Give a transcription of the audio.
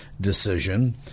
decision